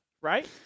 Right